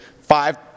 five